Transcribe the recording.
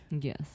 Yes